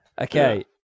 Okay